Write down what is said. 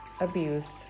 abuse